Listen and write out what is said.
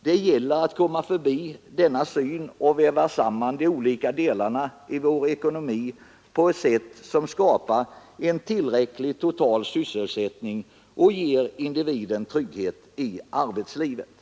Det gäller att komma förbi denna syn och väva samman de olika delarna i vår ekonomi på ett sätt som skapar en tillräcklig total sysselsättning och ger individen trygghet i arbetslivet.